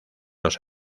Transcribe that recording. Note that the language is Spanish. los